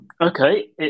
Okay